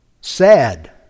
sad